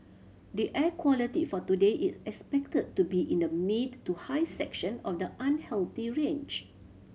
the air quality for today is expected to be in the mid to high section of the unhealthy range